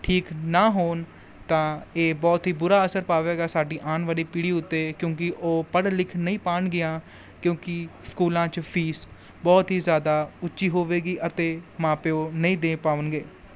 ਠੀਕ ਨਾ ਹੋਣ ਤਾਂ ਇਹ ਬਹੁਤ ਹੀ ਬੁਰਾ ਅਸਰ ਪਾਵੇਗਾ ਸਾਡੀ ਆਉਣ ਵਾਲੀ ਪੀੜ੍ਹੀ ਉੱਤੇ ਕਿਉਂਕਿ ਉਹ ਪੜ੍ਹ ਲਿਖ ਨਹੀਂ ਪਾਉਣਗੀਆਂ ਕਿਉਂਕਿ ਸਕੂਲਾਂ 'ਚ ਫੀਸ ਬਹੁਤ ਹੀ ਜ਼ਿਆਦਾ ਉੱਚੀ ਹੋਵੇਗੀ ਅਤੇ ਮਾਪੇ ਉਹ ਨਹੀਂ ਦੇ ਪਾਉਣਗੇ